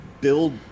build